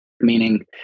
meaning